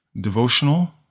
devotional